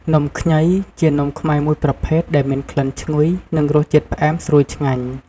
នំខ្ញីជានំខ្មែរមួយប្រភេទ ដែលមានក្លិនឈ្ងុយ និងរសជាតិផ្អែមស្រួយឆ្ងាញ់។